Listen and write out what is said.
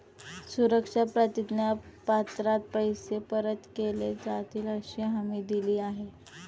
सुरक्षा प्रतिज्ञा पत्रात पैसे परत केले जातीलअशी हमी दिली आहे